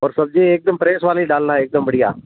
और सब्ज़ी एकदम फ्रेश वाली डालना एकदम बढ़िया